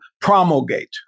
promulgate